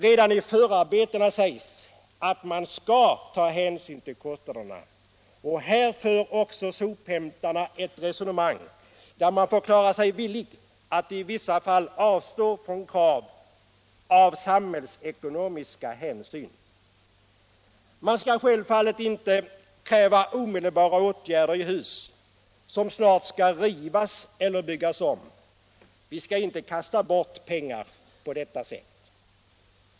Redan i förarbetena sägs att man skall ta hänsyn till kostnaderna, och här för också sophämtarna ett resonemang där de förklarar sig villiga att av samhällsekonomiska hänsyn i vissa fall avstå från krav. Man skall självfallet inte kräva omedelbara åtgärder i hus som snart skall rivas eller byggas om. Vi skall inte kasta bort pengar på det sättet.